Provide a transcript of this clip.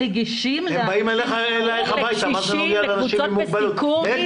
קשישים וקבוצות בסיכון.